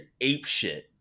apeshit